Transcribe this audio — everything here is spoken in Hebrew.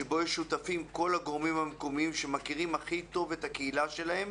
שבו יהיו שותפים כל הגורמים המקומיים שמכירים הכי טוב את הקהילה שלהם